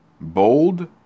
Bold